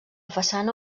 façana